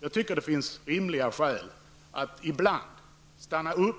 Jag tycker att det finns rimliga skäl att ibland stanna upp